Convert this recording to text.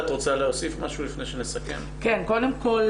קודם כל,